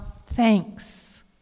thanks